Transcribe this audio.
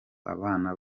abana